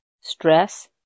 stress